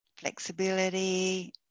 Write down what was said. Flexibility